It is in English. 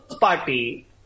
party